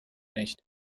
nicht